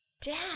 Dad